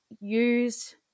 use